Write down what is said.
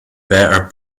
better